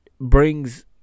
brings